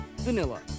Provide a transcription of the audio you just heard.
vanilla